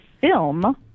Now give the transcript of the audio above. film